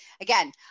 Again